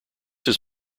his